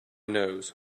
nose